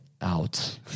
out